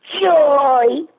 Joy